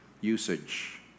Usage